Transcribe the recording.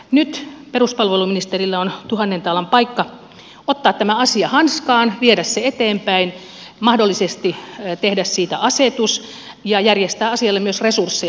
nyt peruspalveluministerillä on tuhannen taalan paikka ottaa tämä asia hanskaan viedä se eteenpäin mahdollisesti tehdä siitä asetus ja järjestää asialle myös resursseja